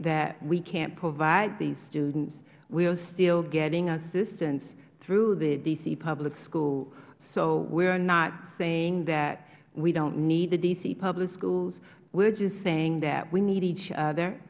that we can't provide these students we are still getting assistance through the d c public school so we are not saying that we don't need the d c public schools we are just saying that we need each other